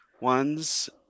ones